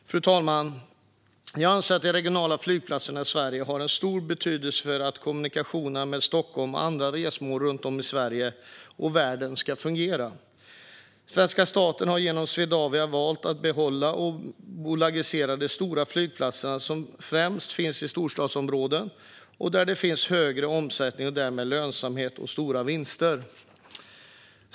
Fru talman! Jag anser att de regionala flygplatserna i Sverige har en stor betydelse för att kommunikationerna med Stockholm och andra resmål runt om i Sverige och världen ska fungera. Svenska staten har genom Swedavia valt att behålla och bolagisera de stora flygplatserna, som främst finns i storstadsområden och där det finns högre omsättning och därmed lönsamhet och stora vinster.